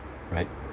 right